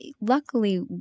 Luckily